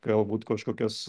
galbūt kažkokias